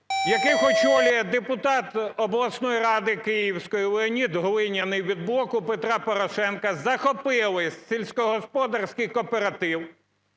яких очолює депутат обласної ради київської Леонід Глиняний від "Блоку Петра Порошенка" захопили сільськогосподарський кооператив.